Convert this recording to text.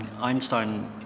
Einstein